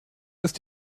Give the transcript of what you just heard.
ist